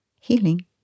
healing